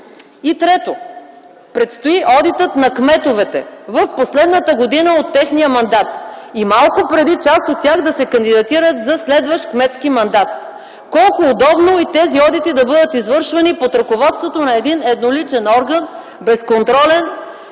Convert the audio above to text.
Трето, предстои одитът на кметовете в последната година от техния мандат и малко преди част от тях да се кандидатират за следващ кметски мандат. Колко удобно и тези одити да бъдат извършвани под ръководството на един едноличен орган, безконтролен,